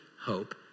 hope